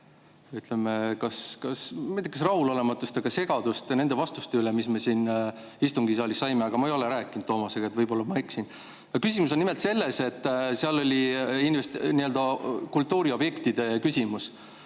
küll rahulolematust, aga segadust nende vastuste üle, mille me siin istungisaalis saime. Aga ma ei ole rääkinud Toomasega, nii et võib-olla ma eksin. Küsimus on nimelt selles, et seal oli nii-öelda kultuuriobjektide küsimus